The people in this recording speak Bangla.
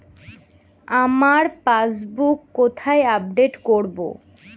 আমার পাসবুক কোথায় আপডেট করব?